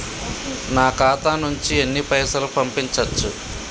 నా ఖాతా నుంచి ఎన్ని పైసలు పంపించచ్చు?